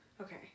okay